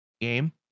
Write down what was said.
game